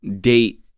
date